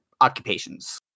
occupations